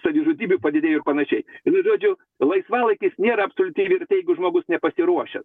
savižudybių padidėjo ir panašiai vienu žodžiu laisvalaikis nėra absoliuti vertė jeigu žmogus nepasiruošęs